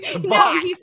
no